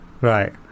Right